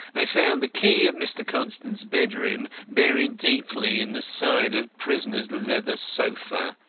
i found the key of mr. constant's bedroom buried deeply in the side of prisoner's leather sofa.